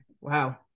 wow